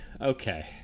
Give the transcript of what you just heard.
Okay